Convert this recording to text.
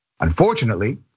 Unfortunately